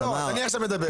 אני עכשיו מדבר.